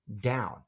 down